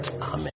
Amen